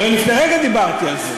הרי לפני רגע דיברתי על זה.